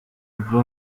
ubwo